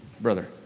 brother